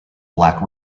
black